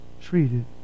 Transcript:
treated